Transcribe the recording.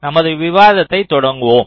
நமது விவாதங்களைத் தொடங்குவோம்